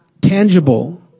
tangible